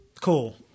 Cool